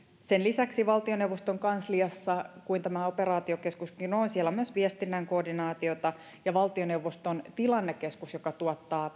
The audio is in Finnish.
sen lisäksi valtioneuvoston kansliassa jossa tämä operaatiokeskuskin on on myös viestinnän koordinaatiota ja valtioneuvoston tilannekeskus joka tuottaa